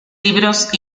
libros